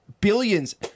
billions